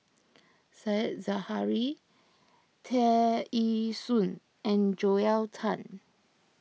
Said Zahari Tear Ee Soon and Joel Tan